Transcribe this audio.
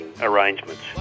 arrangements